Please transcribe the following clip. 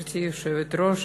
גברתי היושבת-ראש,